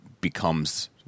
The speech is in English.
becomes